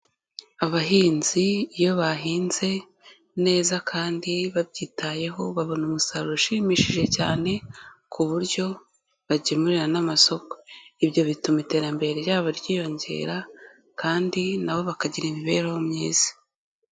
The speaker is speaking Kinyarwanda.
Abahinzi iyo bahinze neza kandi babyitayeho babona umusaruro ushimishije cyane ku buryo bagemurira n'amasoko, ibyo bituma iterambere ryabo ryiyongera kandi na bo bakagira imibereho myiza.